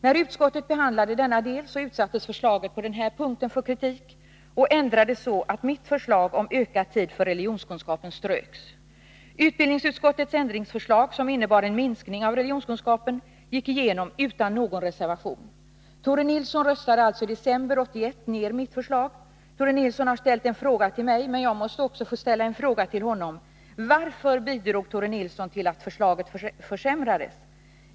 När utskottet behandlade denna del utsattes förslaget på denna punkt för kritik och ändrades så att mitt förslag om ökad tid för religionskunskapen ströks. Utbildningsutskottets ändringsförslag, som innebar en minskning av religionskunskapen, gick igenom utan någon reservation. Tore Nilsson röstade alltså i december 1981 ner mitt förslag. Tore Nilsson har ställt en fråga till mig, men jag måste också få ställa en fråga till honom: Varför bidrog Tore Nilsson till att förslaget försämrades?